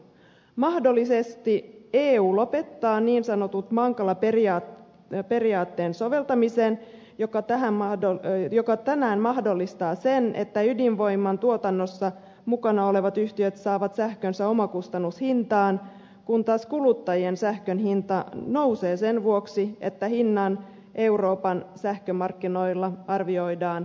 mahdollisesti eu lopettaa niin sanotun mankala periaatteen soveltamisen joka tänään mahdollistaa sen että ydinvoiman tuotannossa mukana olevat yhtiöt saavat sähkönsä omakustannushintaan kun taas kuluttajien sähkönhinta nousee sen vuoksi että hinnan euroopan sähkömarkkinoilla arvioidaan nousevan